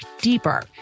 deeper